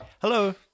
Hello